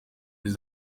muri